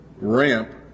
ramp